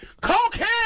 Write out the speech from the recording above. Cocaine